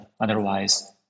Otherwise